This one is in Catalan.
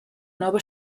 nova